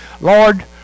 Lord